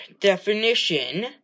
Definition